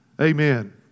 Amen